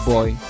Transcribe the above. Boy